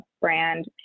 brand